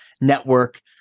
network